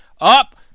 up